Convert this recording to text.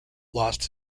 lost